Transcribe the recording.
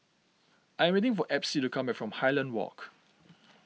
I am waiting for Epsie to come back from Highland Walk